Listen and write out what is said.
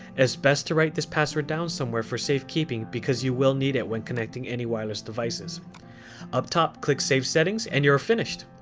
best to write this password down somewhere for safe keeping because you will need it when connecting any wireless devices up top, click save settings and you are finished.